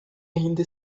ainda